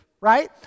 right